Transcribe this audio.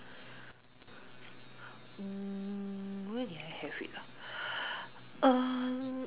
mm where did I have it ah